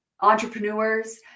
entrepreneurs